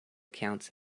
counts